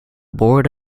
board